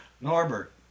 Norbert